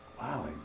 wow